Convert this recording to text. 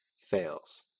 fails